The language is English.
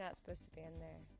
not suppose to be in there.